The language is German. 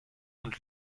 und